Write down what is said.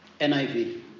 NIV